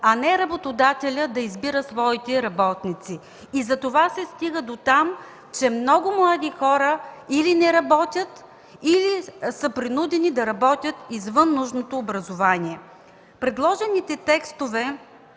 а не работодателят да избира своите работници. Затова се стига дотам, че много млади хора или не работят, или са принудени да работят извън своето образование. Предложените текстове